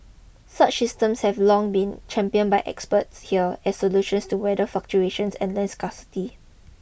such systems have long been championed by experts here as solutions to weather fluctuations and land scarcity